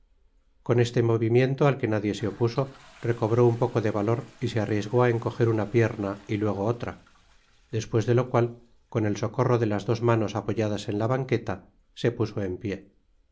con este movimiento al que nadie se opuso recobró un poco de valor y se arriesgó á encoger una pierna y luego la otra despues de lo cual con el socorro de las dos manos apoyadas en la banqueta se puso en pié